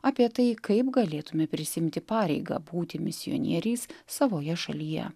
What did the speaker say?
apie tai kaip galėtume prisiimti pareigą būti misionieriais savoje šalyje